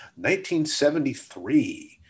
1973